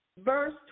Verse